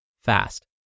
fast